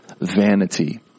vanity